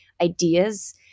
ideas